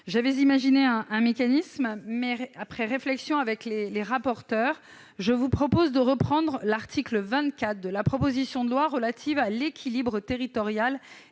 d'abord imaginé un autre mécanisme, mais, après réflexion avec les rapporteurs, je vous propose finalement de reprendre l'article 24 de la proposition de loi relative à l'équilibre territorial